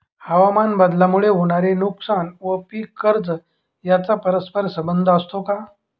हवामानबदलामुळे होणारे नुकसान व पीक कर्ज यांचा परस्पर संबंध असतो का?